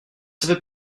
savais